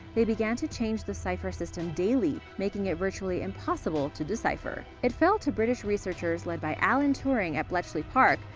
they began to change the cipher system daily, making it virtually impossible to decipher. it fell to british researchers, led by alan turing at bletchley park,